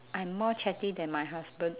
I'm more chatty than my husband